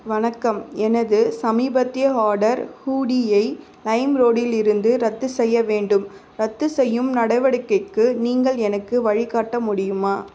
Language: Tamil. வணக்கம் எனது சமீபத்திய ஆர்டர் ஹூடியை லைம்ரோடிலிருந்து ரத்து செய்ய வேண்டும் ரத்துசெய்யும் நடவடிக்கைக்கு நீங்கள் எனக்கு வழிகாட்ட முடியுமா